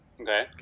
Okay